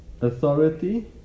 Authority